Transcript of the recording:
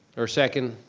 or second?